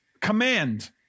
Command